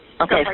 Okay